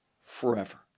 forever